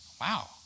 wow